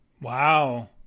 Wow